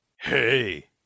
hey